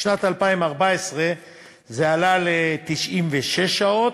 בשנת 2014 זה עלה ל-96 שעות,